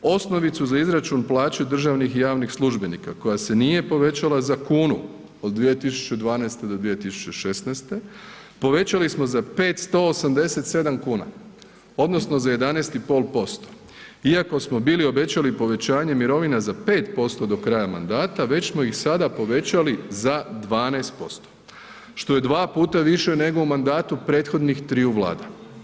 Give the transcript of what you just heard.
Osnovicu za izračun plaće državnih i javnih službenika koja se nije povećala za kunu od 2012. do 2016. povećali smo za 587 kuna, odnosno za 11,5% iako smo bili povećali povećanje mirovina za 5% do kraja mandata već smo ih sada povećali za 12% što je dva puta više nego u mandatu prethodnih triju Vlada.